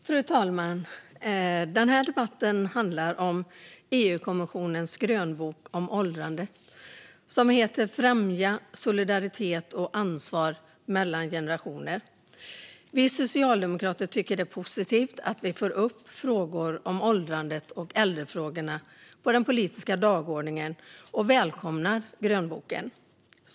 Fru talman! Den här debatten handlar om EU-kommissionens grönbok om åldrandet, som heter Främja solidaritet och ansvar mellan generatio ner . Vi socialdemokrater tycker att det är positivt att frågor om åldrandet och äldrefrågorna kommer upp på den politiska dagordningen, och vi välkomnar grönboken.